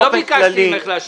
דרורית, לא ביקשתי ממך להשיב.